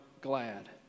glad